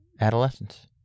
adolescence